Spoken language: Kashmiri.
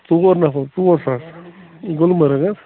ژور نَفَر ژور ساس گُلمَرٕگ